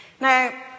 Now